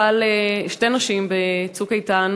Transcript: אבל שתי נשים נשארו אחרי "צוק איתן",